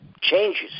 changes